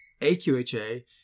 AQHA